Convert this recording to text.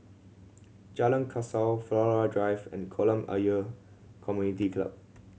Jalan Kasau Flora Drive and Kolam Ayer Community Club